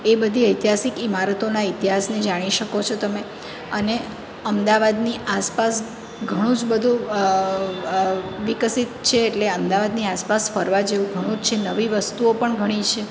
એ બધી એ ઐતિહાસિક ઇમરતોના ઇતિહાસને જાણી શકો છો તમે અને અમદાવાદની આસપાસ ઘણું જ બધું વિકસિત છે એટલે અમદાવાદની આસપાસ ફરવા જેવું ઘણું જ છે નવી વસ્તુઓ પણ ઘણી છે